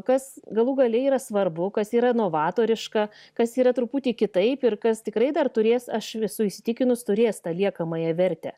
kas galų gale yra svarbu kas yra novatoriška kas yra truputį kitaip ir kas tikrai dar turės aš esu įsitikinus turės tą liekamąją vertę